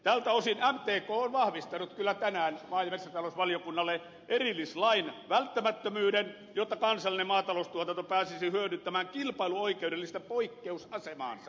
tältä osin mtk on kyllä vahvistanut tänään maa ja metsätalousvaliokunnalle erillislain välttämättömyyden jotta kansallinen maataloustuotanto pääsisi hyödyntämään kilpailuoikeudellista poikkeusasemaansa